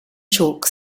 chalk